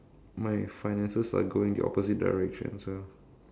my finances are going the opposite direction so